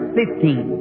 fifteen